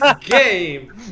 game